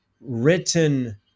written